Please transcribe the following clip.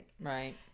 Right